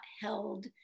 held